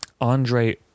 andre